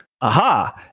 Aha